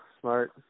smart